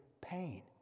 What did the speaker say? pain